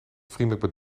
vriendelijk